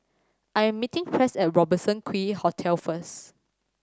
I am meeting Press at Robertson Quay Hotel first